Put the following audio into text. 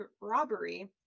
robbery